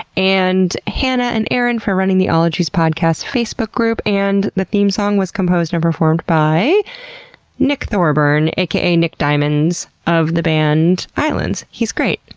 and hannah and erin for running the ologies podcast facebook group. and the theme song was composed and performed by nick thorburn a k a. nick diamonds of the band islands. he's great,